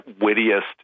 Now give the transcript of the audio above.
wittiest